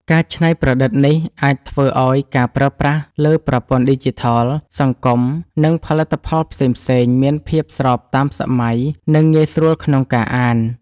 ការច្នៃប្រឌិតនេះអាចធ្វើឲ្យការប្រើប្រាស់លើប្រព័ន្ធឌីជីថល សង្គម និងផលិតផលផ្សេងៗ មានភាពស្របតាមសម័យ និងងាយស្រួលក្នុងការអាន។